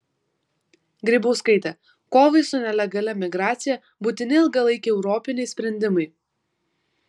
grybauskaitė kovai su nelegalia migracija būtini ilgalaikiai europiniai sprendimai